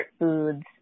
foods